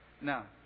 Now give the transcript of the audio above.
now